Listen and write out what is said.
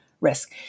risk